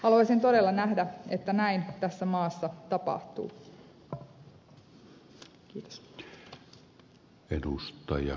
haluaisin todella nähdä että näin tässä maassa tapahtuu